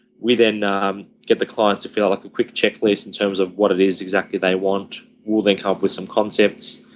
we then get the clients to fill out like a quick check list and terms what it is exactly they want will they come up with some concepts,